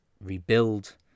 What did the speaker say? rebuild